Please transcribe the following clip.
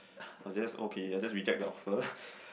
I will just okay I will just reject the offer